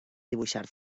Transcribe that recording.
dibuixar